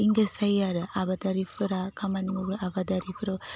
engage जायो आरो आबादारिफोरा खामानि मावब्ला आबादारिफोराव